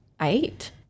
eight